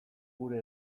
gure